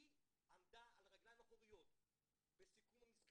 היא עמדה על הרגליים האחוריות בסיכום המזכר